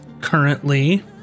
currently